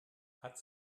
hat